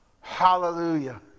Hallelujah